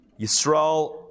Yisrael